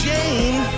Jane